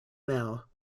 now